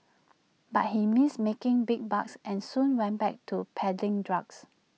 but he missed making big bucks and soon went back to peddling drugs